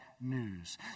news